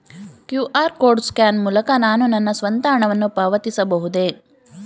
QR code scan ಮೂಲಕ ನಾನು ನನ್ನ ಸ್ವಂತ ಹಣವನ್ನು ಪಾವತಿಸಬಹುದೇ?